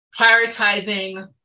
prioritizing